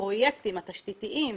הפרויקטים התשתיתיים,